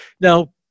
Now